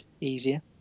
easier